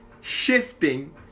shifting